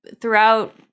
throughout